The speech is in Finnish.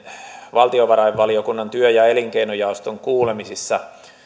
valtiovarainvaliokunnan työ ja elinkeinojaoston kuulemisissa